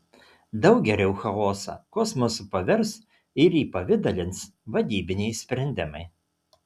daug geriau chaosą kosmosu pavers ir įpavidalins vadybiniai sprendimai